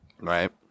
Right